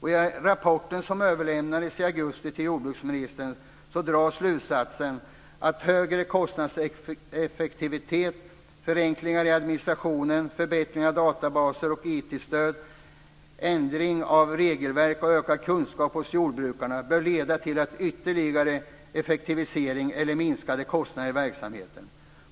I rapporten som överlämnades till jordbruksministern i augusti dras slutsatsen att högre kostnadseffektivitet, förenklingar i administrationen, förbättringar av databaser och IT-stöd, ändring av regelverk och ökad kunskap hos jordbrukarna bör leda till ytterligare effektivisering eller minskade kostnader i verksamheten.